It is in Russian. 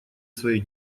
своей